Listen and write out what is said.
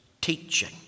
Teaching